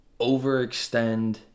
overextend